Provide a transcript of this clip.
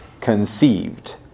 conceived